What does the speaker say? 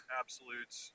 absolutes